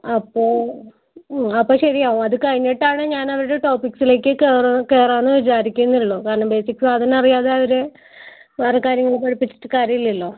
അപ്പോൾ അപ്പം ശരിയാവും അത് കഴിഞ്ഞിട്ടാണ് ഞാൻ അവരുടെ ടോപിക്സിലേക്ക് കയറുക കയറുക എന്ന് വിചാരിക്കുന്നുള്ളൂ കാരണം ബേസിക് സാധനം അറിയാതെ അവരെ വേറെ കാര്യങ്ങൾ പഠിപ്പിച്ചിട്ട് കാര്യം ഇല്ലല്ലോ